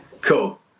Cool